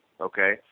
Okay